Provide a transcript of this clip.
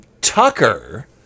Tucker